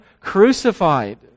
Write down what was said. crucified